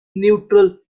neutral